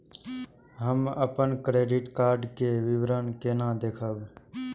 हम अपन credit card के विवरण केना देखब?